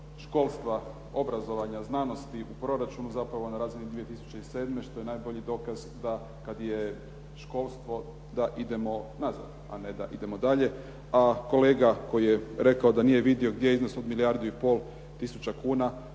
školstva obrazovanja, znanosti i proračun zapravo na razini 2007. što je najbolji dokaz da kada je školstvo da idemo nazad, a ne da idemo dalje. A kolega koji je rekao da nije vido gdje je iznos o milijardu i pol tisuća kuna,